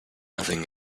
nothing